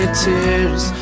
tears